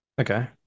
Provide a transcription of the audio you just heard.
Okay